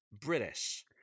British